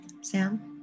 Sam